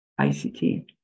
ICT